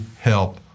help